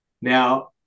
Now